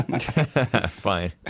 Fine